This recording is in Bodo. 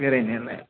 बेरायनोलाय